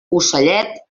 ocellet